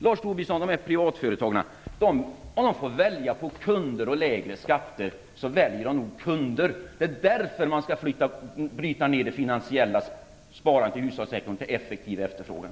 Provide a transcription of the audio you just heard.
Lars Tobisson, om privatföretagarna får välja mellan kunder och lägre skatter väljer de nog kunder. Därför skall man bryta ned det finansiella sparandet i hushållsekonomin till effektiv efterfrågan.